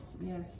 Yes